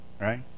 right